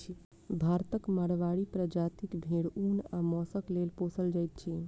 भारतक माड़वाड़ी प्रजातिक भेंड़ ऊन आ मौंसक लेल पोसल जाइत अछि